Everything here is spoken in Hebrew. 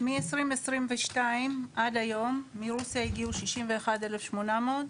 מ-2022 עד היום מרוסיה הגיעו 61,800,